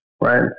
right